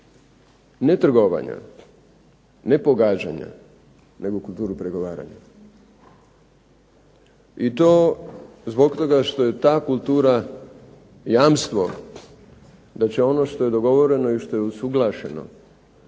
Ne trgovanja, ne pogađanja, nego kulturu pregovaranja. I to zbog toga što je ta kultura jamstvo da će ono što je dogovoreno i što je usuglašeno